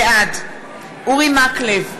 בעד אורי מקלב,